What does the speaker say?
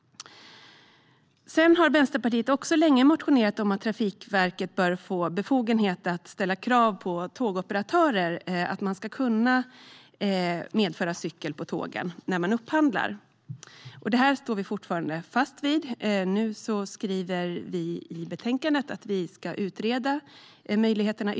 Vänsterpartiet har länge motionerat om att Trafikverket bör få befogenhet att vid upphandlingar ställa krav på tågoperatörer att resenärer ska kunna medföra cykel på tågen. Det står vi fortfarande fast vid. I betänkandet skriver vi att vi ytterligare ska utreda möjligheterna.